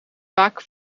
vaak